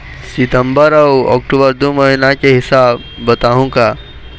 सितंबर अऊ अक्टूबर दू महीना के हिसाब बताहुं का?